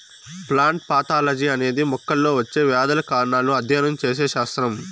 plant pathology అనేది మొక్కల్లో వచ్చే వ్యాధుల కారణాలను అధ్యయనం చేసే శాస్త్రం